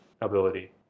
ability